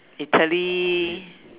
Italy